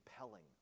compelling